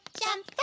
jump,